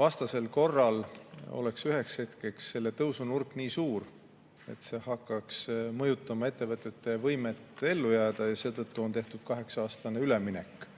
vastasel korral oleks üheks hetkeks selle tõusu nurk nii suur, et see hakkaks mõjutama ettevõtete võimet ellu jääda, ja seetõttu on tehtud kaheksa-aastane üleminek.